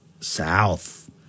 south